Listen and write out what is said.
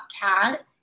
cat